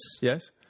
Yes